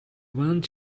want